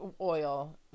oil